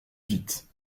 vite